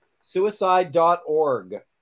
Suicide.org